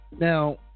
Now